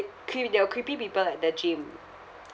cree~ there were creepy people at the gym